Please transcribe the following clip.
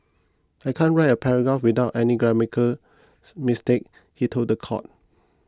I can't write a paragraph without any grammatical mistake he told the court